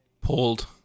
Pulled